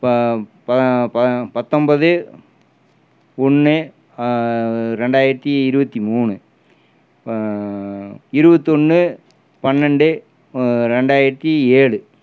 பா பா ப பத்தொம்பது ஒன்று இரண்டாயிரத்து இருபத்தி மூணு இருபத்தி ஒன்று பன்னெண்டு இரண்டாயிரத்து ஏழு